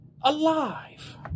alive